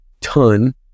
ton